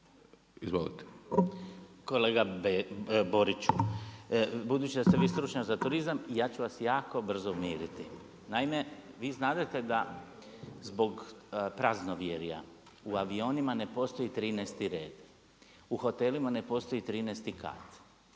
(Nezavisni)** Kolega Boriću, budući da ste vi stručnjak za turizam, ja ću vas jako brzo umiriti. Naime, vi znadete da zbog praznovjerja u avionima ne postoji 13.-ti red, u hotelima ne postoji 13.-ti